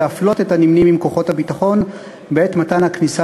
להפלות את הנמנים עם כוחות הביטחון בעת מתן הכניסה